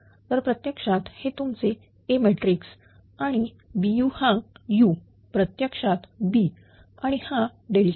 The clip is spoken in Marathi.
तर प्रत्यक्षात हे तुमचे A मॅट्रिक्स आणि Bu हा u प्रत्यक्षात B आणि हा PL